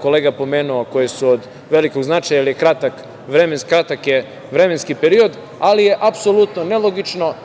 kolega pomenuo koje su od velikog značaja, ali je kratak vremenski period, ali je apsolutno nelogično.